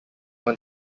when